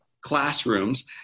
classrooms